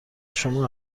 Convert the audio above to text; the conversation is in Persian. شما